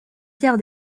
pierre